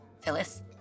Phyllis